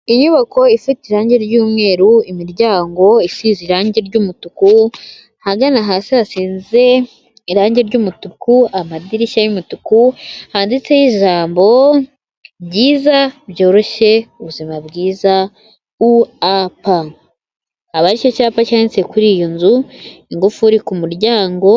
Inyubako ifite irangi ry'umweru, imiryango isize irangi ry'umutuku ahagana hasi hasize irangi ry'umutuku, amadirishya y'umutuku handitseho ijambo ryiza, byoroshye ubuzima bwiza u a p, aba ari cyo cyapa cyanditse kuri iyo nzu ngufuri ku muryango...